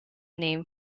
name